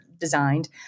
designed